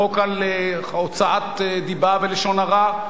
החוק על הוצאת דיבה ולשון הרע,